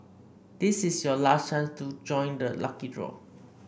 this is your last chance to join the lucky draw